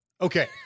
Okay